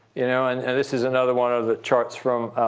you know and and this is another one of the charts from